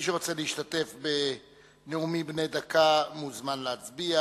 מי שרוצה להשתתף בנאומים בני דקה מוזמן להצביע,